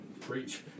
Preach